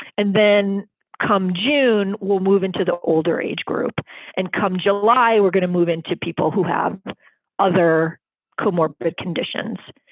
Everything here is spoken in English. and then come june, we'll move into the older age group and come july, we're going to move into people who have other comorbid conditions.